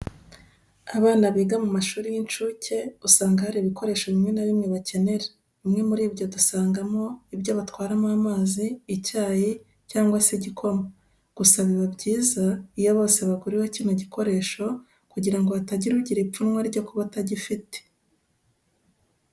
Abana biga mu mashuri y'incuke, usanga hari ibikoresho bimwe na bimwe bakenera. Bimwe muri byo dusangamo ibyo batwaramo amazi, icyayi cyangwa se igikoma. Gusa biba byiza iyo bose baguriwe kino gikoresho, kugira ngo hatagira ugira ipfunwe ryo kuba atagifite.